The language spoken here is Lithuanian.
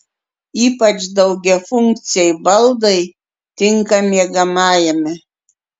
ypač daugiafunkciai baldai tinka miegamajame